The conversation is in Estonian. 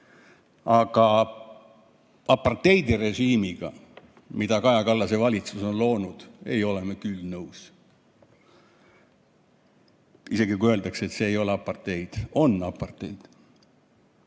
Aga apartheidirežiimiga, mida Kaja Kallase valitsus on loonud, ei ole me küll nõus. Isegi kui öeldakse, et see ei ole apartheid. On apartheid.